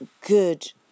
good